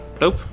Nope